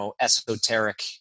esoteric